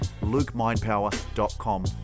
lukemindpower.com